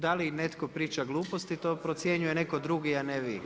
Da li netko priča gluposti, to procjenjuje netko drugi a ne vi.